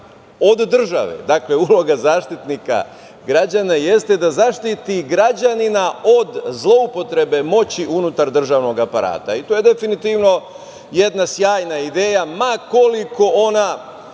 od države. Uloga Zaštitnika građana jeste da zaštiti građanina od zloupotrebe moći unutar državnog aparata i to je definitivno jedna sjajna ideja ma koliko ona